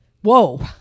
Whoa